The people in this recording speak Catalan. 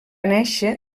néixer